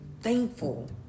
thankful